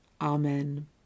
Amen